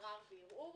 ערר וערעור,